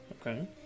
okay